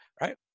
right